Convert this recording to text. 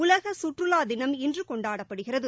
உலக சுற்றுவா தினம் இன்று கொண்டாடப்படுகிறது